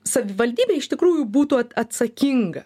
savivaldybė iš tikrųjų būtų at atsakinga